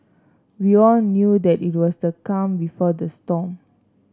we all knew that it was the calm before the storm